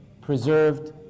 preserved